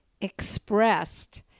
expressed